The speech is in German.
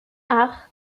acht